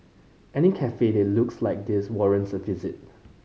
any cafe that looks like this warrants a visit